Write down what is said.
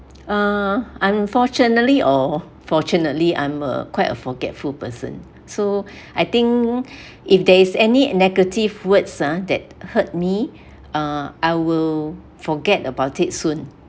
uh unfortunately or fortunately I'm a quite a forgetful person so I think if there is any negative words ah that hurt me uh I will forget about it soon